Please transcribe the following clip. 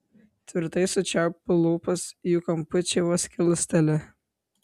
tvirtai sučiaupiu lūpas jų kampučiai vos kilsteli